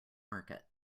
market